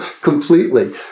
completely